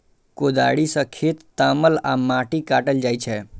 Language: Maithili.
कोदाड़ि सं खेत तामल आ माटि काटल जाइ छै